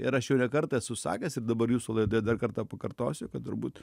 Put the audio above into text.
ir aš jau ne kartą esu sakęs ir dabar jūsų laidoje dar kartą pakartosiu kad turbūt